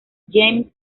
james